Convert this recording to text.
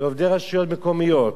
לעובדי רשויות מקומיות,